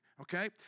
Okay